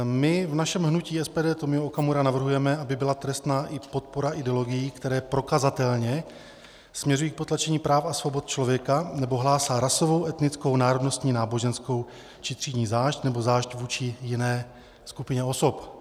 My v našem hnutí SPD Tomio Okamura navrhujeme, aby byla trestná i podpora ideologií, které prokazatelně směřují k potlačení práv a svobod člověka nebo hlásají rasovou, etnickou, národnostní, náboženskou či třídní zášť nebo zášť vůči jiné skupině osob.